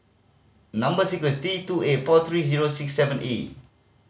number sequence T two eight four three zero six seven E